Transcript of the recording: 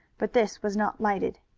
but this was not lighted.